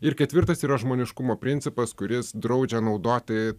ir ketvirtas yra žmoniškumo principas kuris draudžia naudoti